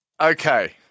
Okay